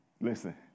Listen